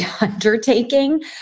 undertaking